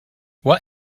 what